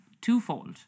twofold